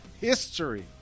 history